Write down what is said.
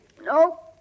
No